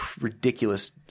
ridiculous